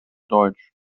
deutsch